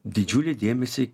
didžiulį dėmesį